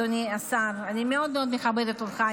אדוני השר: אני מאוד מאוד מכבדת אותך.